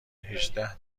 هجده